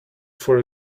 for